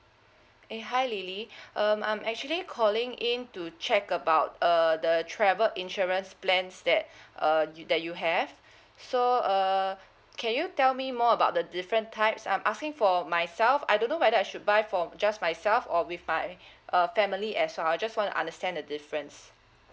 eh hi lily um I'm actually calling in to check about err the travel insurance plans that err you that you have so err can you tell me more about the different types I'm asking for myself I don't know whether I should buy for just myself or with my uh family as well I just want to understand the difference